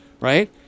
right